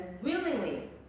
willingly